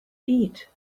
eat